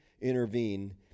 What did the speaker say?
intervene